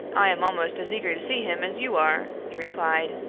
i am almost as eager to see him as you are, he replied,